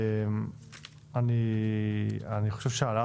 אני חושב שזאת העלאה